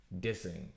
dissing